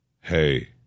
Hey